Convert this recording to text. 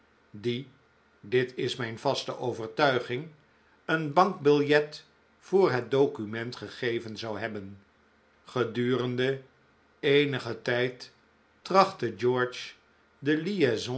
die dit is mijn vaste overtuiging een bankbiljet voor het document gegeven zou hebben gedurende eenigen tijd trachtte george de